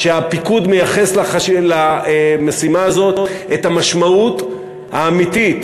שהפיקוד מייחס למשימה הזאת את המשמעות האמיתית,